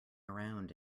around